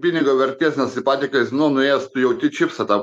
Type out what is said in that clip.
pinigo vertės nes į patį kazino nuėjęs tu jauti čipsą tą